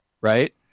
right